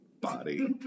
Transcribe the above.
body